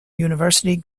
university